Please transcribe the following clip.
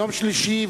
יום שלישי,